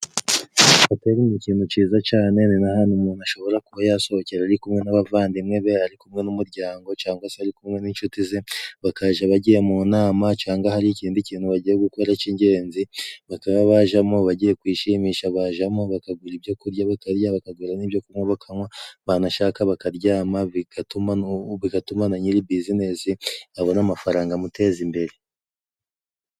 Hoteli ni ikintu ciza cane ni n'ahantu umuntu ashobora kuba yasohokera, ari kumwe n'abavandimwe be ari kumwe n'umuryango cangwa se ari kumwe n'inshuti ze, bakaja bagiye mu nama canga hari ikindi kintu bagiye gukora c'ingenzi, bakaba bajamo bagiye kwishimisha bajamo bakagura ibyo kurya bakarya bakagura n'ibyo kunwa bakanwa, banashaka bakaryama bigatuma, na nyiri buzinesi abona amafaranga amuteza imbere.